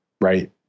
right